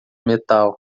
metal